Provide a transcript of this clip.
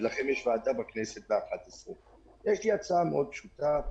אבל יש לי הצעה מאוד פשוטה,